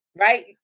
Right